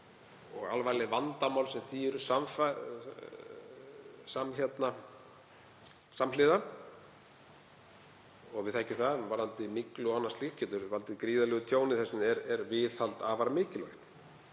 og alvarleg vandamál sem því eru samfara, og við þekkjum það varðandi myglu og annað slíkt, getur valdið gríðarlegu tjóni. Þess vegna er viðhald afar mikilvægt.